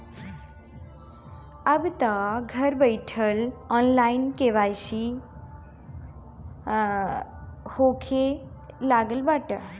अबतअ घर बईठल ऑनलाइन के.वाई.सी होखे लागल बाटे